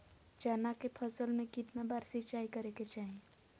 चना के फसल में कितना बार सिंचाई करें के चाहि?